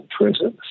prisons